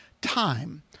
time